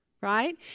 right